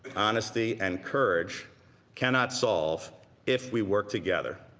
honestty and courage cannot solve if we work together.